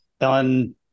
on